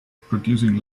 producing